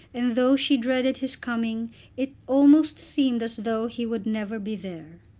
and though she dreaded his coming it almost seemed as though he would never be there.